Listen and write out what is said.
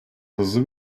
hızlı